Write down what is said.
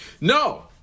No